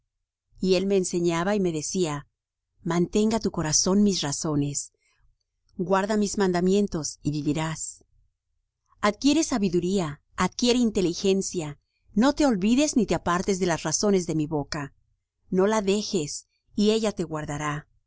y él me enseñaba y me decía mantenga tu corazón mis razones guarda mis mandamientos y vivirás adquiere sabiduría adquiere inteligencia no te olvides ni te apartes de las razones de mi boca no la dejes y ella te guardará